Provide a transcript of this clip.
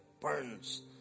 burns